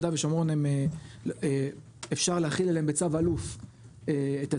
ביהודה ושומרון אפשר להחיל בצו אלוף את התיאגוד.